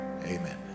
Amen